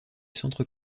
centre